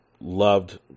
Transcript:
loved